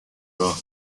راه